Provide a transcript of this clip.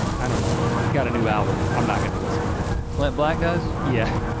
i don't know. he's got a new album, i'm not gonna listen to it. clint black does? yeah.